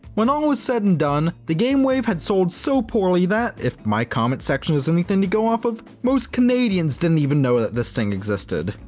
when all was said and done, the game wave had sold so poorly that, if my comment section is anything to go off of, most canadians didn't even know that this thing existed!